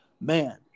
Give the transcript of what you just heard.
man